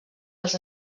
els